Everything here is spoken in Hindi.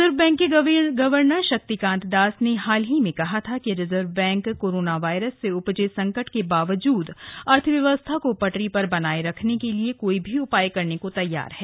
रिजर्व बैंक के गवर्नर शक्तिकांत दास ने हाल ही में कहा था कि रिजर्व बैंक कोरोना वायरस से उपजे संकट के बावजूद अर्थव्यवस्था को पटरी पर बनाए रखने के लिए कोई भी उपाय करने को तैयार है